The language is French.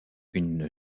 une